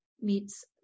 meets